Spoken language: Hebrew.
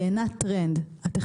הם יהיו חייבים להיות חלק.